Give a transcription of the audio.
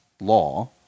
law